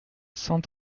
cent